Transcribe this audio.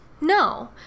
No